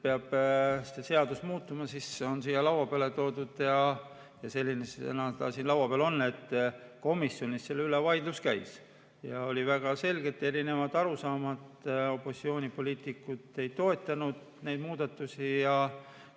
peab seadus muutuma, siis on see siia laua peale toodud ja sellisena ta siin laua peal on. Komisjonis selle üle vaidlus käis ja olid väga selgelt erinevad arusaamad. Opositsioonipoliitikud ei toetanud neid muudatusi ja